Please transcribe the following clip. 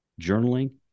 journaling